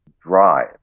drive